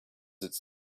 its